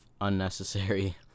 unnecessary